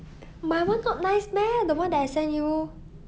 my [one] not nice meh the [one] that I sent you